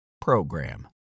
program